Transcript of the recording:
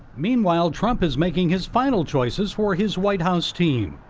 meanwhile, trump is making his final sources for his white house team.